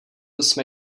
jsme